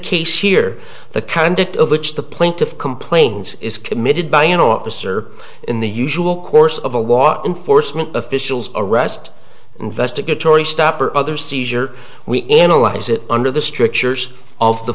case here the conduct of which the plaintiff complains is committed by an officer in the usual course of a walk in force an official's arrest investigatory stop or other seizure we analyze it under the strictures of the